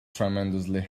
tremendously